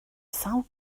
sawl